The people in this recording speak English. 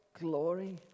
glory